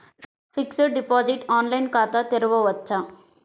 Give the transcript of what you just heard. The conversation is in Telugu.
ఫిక్సడ్ డిపాజిట్ ఆన్లైన్ ఖాతా తెరువవచ్చా?